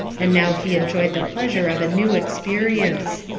and now he enjoyed the pleasure of a new experience.